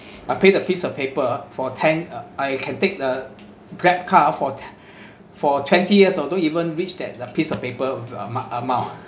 I pay the piece of paper for ten uh I can take the Grab car for t~ for twenty years oh don't even reach that the piece of paper of amo~ amount